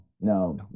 no